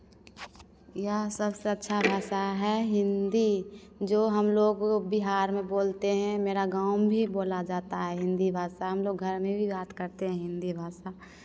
यहाँ सबसे अच्छा भाषा है हिन्दी जो हम लोगों बिहार में बोलते हैं मेरा गाँव में भी बोला जाता है हिन्दी भाषा हमलोग घर में भी बात करते हैं हिन्दी भाषा